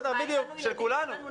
זה כאב של כולנו.